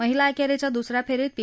महिला एकेरीच्या दुसऱ्या फेरीत पी